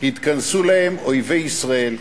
התכנסו להם אויבי ישראל,